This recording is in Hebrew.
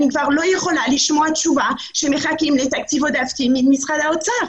אני כבר לא יכולה לשמוע את התשובה שמחכים לתקציב עודפים ממשרד האוצר.